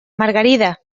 margarida